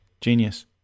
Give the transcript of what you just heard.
Genius